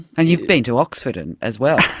and you've been to oxford and as well.